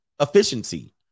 efficiency